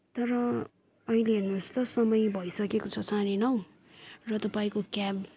तर अहिले हेर्नुहोस् त समय भइसकेको छ साढे नौ र तपाईँको क्याब